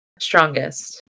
strongest